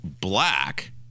black